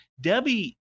Debbie